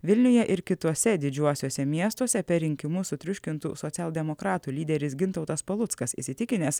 vilniuje ir kituose didžiuosiuose miestuose per rinkimus sutriuškintų socialdemokratų lyderis gintautas paluckas įsitikinęs